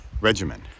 regimen